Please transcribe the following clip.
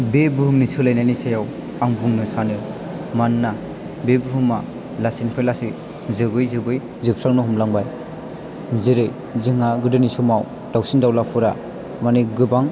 बे बुहुमनि सोलायनायनि सायाव आं बुंनो सानो मानोना बे बुहुमा लासैनिफ्राय लासै जोबै जोबै जोबस्रांनो हमलांबाय जेरै जोंहा गोदोनि समाव दावसिन दावलाफोरा माने गोबां